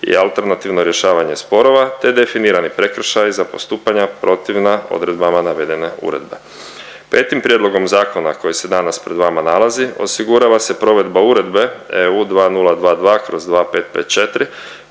i alternativno rješavanje sporova te definirani prekršaji za postupanja protivna odredbama navedene uredbe. Petim prijedlogom zakona koji se danas pred vama nalazi osigurava se provedba Uredbe EU 2022/2554